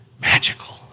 magical